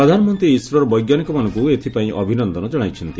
ପ୍ରଧାନମନ୍ତ୍ରୀ ଇସ୍ରୋର ବୈଜ୍ଞାନିକମାନଙ୍କୁ ଏଥିପାଇଁ ଅଭିନନ୍ଦନ ଜଣାଇଛନ୍ତି